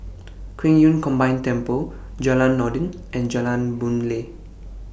Qing Yun Combined Temple Jalan Noordin and Jalan Boon Lay